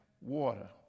water